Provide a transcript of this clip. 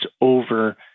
over